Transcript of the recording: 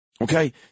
Okay